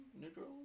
neutral